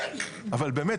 אבל באמת,